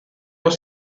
was